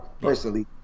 personally